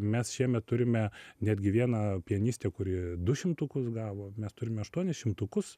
mes šiemet turime netgi vieną pianistę kuri du šimtukus gavo mes turime aštuonis šimtukus